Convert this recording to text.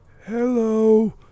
hello